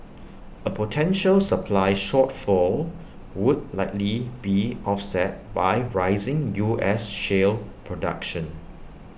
A potential supply shortfall would likely be offset by rising U S shale production